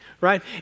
right